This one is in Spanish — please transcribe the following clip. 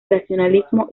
racionalismo